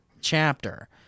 chapter